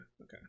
okay